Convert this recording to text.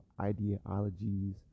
ideologies